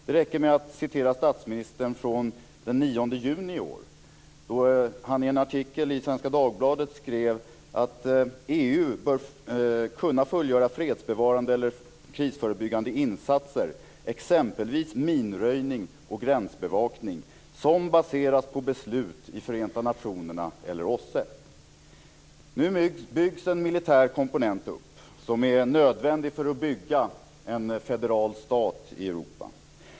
Det räcker med att citera statsministern från den 2 juni i år, då han i en artikel i Svenska Dagbladet skrev: "EU bör ges en förmåga att också kunna besluta och genomföra begränsade fredsbevarande eller krisförebyggande insatser, som t.ex. minröjning och gränsbevakning. Sådana insatser bör kunna baseras på beslut i FN eller Nu byggs en militär komponent upp som är nödvändig för att bygga en federal stat i Europa.